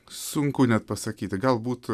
sunku net pasakyti galbūt